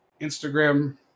instagram